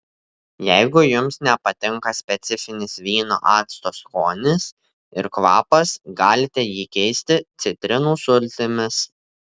jeigu jums nepatinka specifinis vyno acto skonis ir kvapas galite jį keisti citrinų sultimis